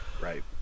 Right